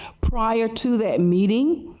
prior to that meeting,